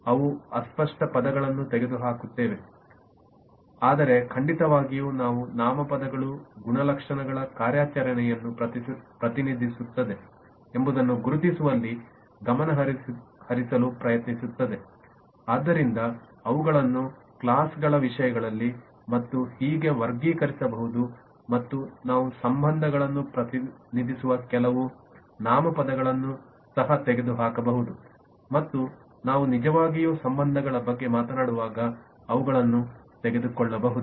ನಾವು ಅಸ್ಪಷ್ಟ ಪದಗಳನ್ನು ತೆಗೆದುಹಾಕುತ್ತೇವೆ ಆದರೆ ಖಂಡಿತವಾಗಿಯೂ ಯಾವ ನಾಮಪದಗಳು ಗುಣಲಕ್ಷಣಗಳ ಕಾರ್ಯಾಚರಣೆಯನ್ನು ಪ್ರತಿನಿಧಿಸುತ್ತಿವೆ ಎಂಬುದನ್ನು ಗುರುತಿಸುವಲ್ಲಿ ಗಮನಹರಿಸಲು ಪ್ರಯತ್ನಿಸುತ್ತದೆಆದ್ದರಿಂದ ಅವುಗಳನ್ನು ಕ್ಲಾಸ್ಗಳ ವಿಷಯದಲ್ಲಿ ಮತ್ತು ಹೀಗೆ ವರ್ಗೀಕರಿಸಬಹುದು ಮತ್ತು ನಾವು ಸಂಬಂಧಗಳನ್ನು ಪ್ರತಿನಿಧಿಸುವ ಕೆಲವು ನಾಮಪದಗಳನ್ನು ಸಹ ತೆಗೆದುಹಾಕಬಹುದು ಮತ್ತು ನಾವು ನಿಜವಾಗಿಯೂ ಸಂಬಂಧಗಳ ಬಗ್ಗೆ ಮಾತನಾಡುವಾಗ ಅವುಗಳನ್ನು ತೆಗೆದುಕೊಳ್ಳಬಹುದು